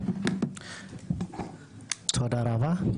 תודה רבה,